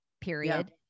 period